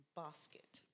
basket